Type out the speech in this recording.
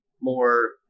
more